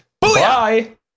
Bye